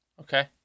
Okay